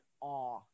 awe